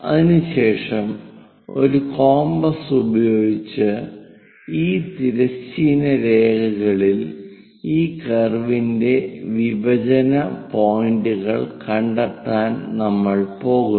അതിനുശേഷം ഒരു കോമ്പസ് ഉപയോഗിച്ച് ഈ തിരശ്ചീന രേഖകളിൽ ഈ കർവിന്റെ വിഭജന പോയിന്റുകൾ കണ്ടെത്താൻ നമ്മൾ പോകുന്നു